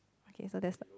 okay so that's